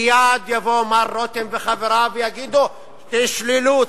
מייד יבואו מר רותם וחבריו ויגידו: תשללו,